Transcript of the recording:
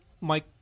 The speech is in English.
Mike